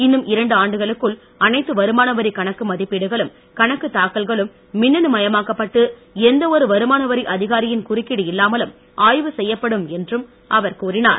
இன்னும் இரண்டு ஆண்டுகளுக்குள் அனைத்து வருமானவரி கணக்கு மதிப்பீடுகளும் கணக்கு தாக்கல்களும் மின்னணு மயமாக்கப்பட்டு எந்தவொரு வருமானவரி அதிகாரி குறுக்கீடு இல்லாமலும் ஆய்வு செய்யப்படும் என்றும் அவர் கூறினார்